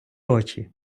очі